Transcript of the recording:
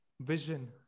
vision